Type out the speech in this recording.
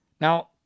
Now